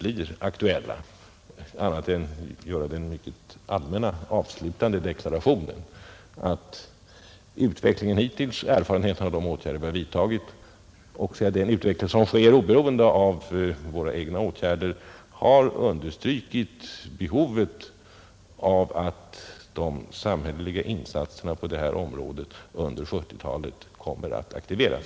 Låt mig sluta med den allmänna deklarationen att utvecklingen hittills och erfarenheterna av de åtgärder vi har vidtagit, liksom den utveckling som sker oberoende av våra egna åtgärder, har understrukit behovet av att de samhälleliga insatserna på det här området under 1970-talet aktiveras.